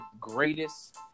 greatest